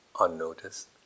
unnoticed